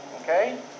Okay